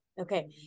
Okay